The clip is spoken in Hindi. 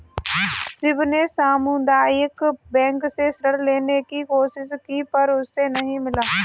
शिव ने सामुदायिक बैंक से ऋण लेने की कोशिश की पर उसे नही मिला